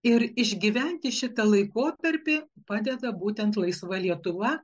ir išgyventi šitą laikotarpį padeda būtent laisva lietuva